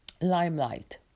limelight